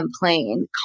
complain